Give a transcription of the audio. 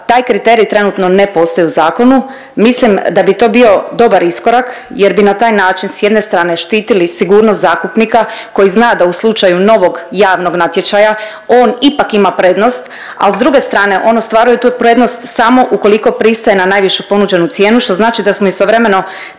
taj kriterij trenutno ne postoji u zakonu. Mislim da bi to bio dobar iskorak jer bi na taj način s jedne strane štitili sigurnost zakupnika koji zna da u slučaju novog javnog natječaja on ipak ima prednost, al s druge strane on ostvaruje tu prednost samo ukoliko pristaje na najvišu ponuđenu cijenu, što znači da smo istovremeno